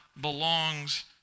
belongs